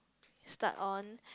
start on